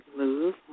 Move